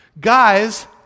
guys